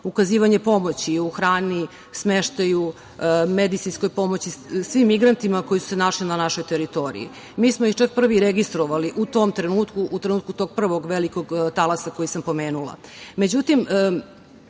ukazivanje pomoći u hrani, smeštaju, medicinskoj pomoći svim migrantima koji su se našli na našoj teritoriji. Mi smo ih čak prvi registrovali u tom trenutku, u trenutku tog prvog velikog talasa koji sam pomenula.Međutim,